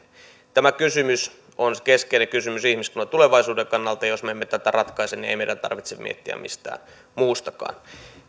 tämä kysymys on keskeinen kysymys ihmiskunnan tulevaisuuden kannalta jos me emme tätä ratkaise niin ei meidän tarvitse miettiä mitään muutakaan